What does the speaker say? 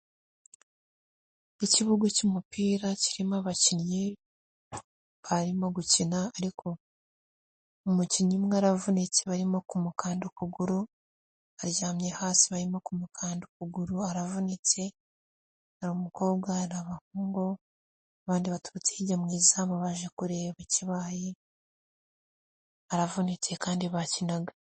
Ikibuga cy'umupira kirimo abakinnyi, barimo gukina ariko umukinnyi umwe aravunitse barimo kumukanda ukuguru, aryamye hasi barimo ukuguru aravunitse, hari umukobwa, hari abahungu, abandi batutsi hirya mu izamu baje kureba ikibaye, aravunitse kandi bakinaga.